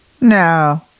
No